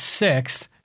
sixth